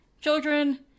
children